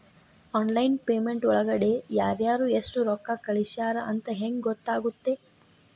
Online payment ಒಳಗಡೆ ಯಾರ್ಯಾರು ಎಷ್ಟು ರೊಕ್ಕ ಕಳಿಸ್ಯಾರ ಅಂತ ಹೆಂಗ್ ಗೊತ್ತಾಗುತ್ತೆ?